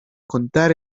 contar